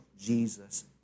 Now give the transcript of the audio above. Jesus